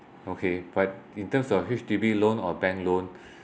okay but in terms of H_D_B loan or bank loan